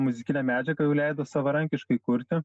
muzikinę medžiagą jau leido savarankiškai kurti